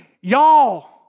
y'all